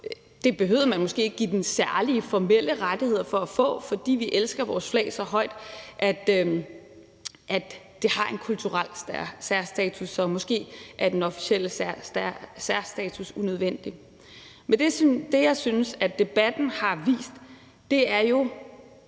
Det behøvede man måske ikke at give det særlige formelle rettigheder for at få, fordi vi elsker vores flag så højt, at det har en kulturel særstatus. Så måske er den officielle særstatus unødvendig. Men det, jeg synes debatten har vist, er jo,